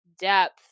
depth